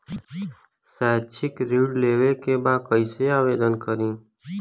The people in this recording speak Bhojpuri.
शैक्षिक ऋण लेवे के बा कईसे आवेदन करी?